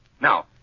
Now